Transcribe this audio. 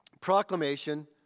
proclamation